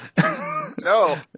No